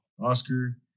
Oscar